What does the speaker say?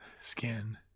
skin